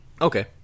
okay